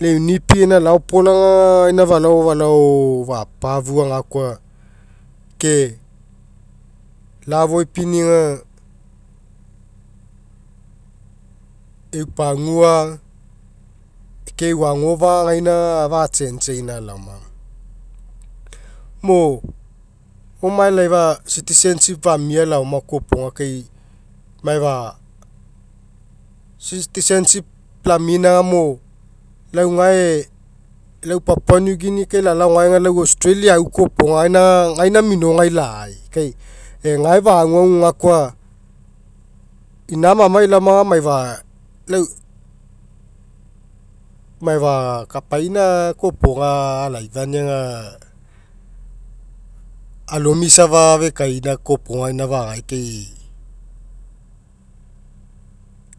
Lau eu nipi gaina laopolaga aga gaina falao falao fapafua gakoa, ke lafoaipini aga eu pagua ke eu agofa'a gaina naga fachange'eina ioama moisa. Mo oniae laifa citizenship fania laoma kopoga kai maifa citizenship lamean aga mo lau gae papua new guinea kai lalao gae aga lau australia au kopoga aga gaina minogai kai kai egae faguagu gakoa ina mainai iaoma aga maifa lau maifa kapaina kopoga aia ifania aga alomi safa afekaina kopoga gaina pagagai kai,